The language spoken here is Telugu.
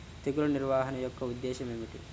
తెగులు నిర్వహణ యొక్క ఉద్దేశం ఏమిటి?